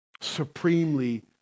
supremely